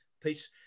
peace